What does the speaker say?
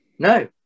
no